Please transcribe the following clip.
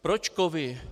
Proč kovy?